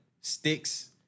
Sticks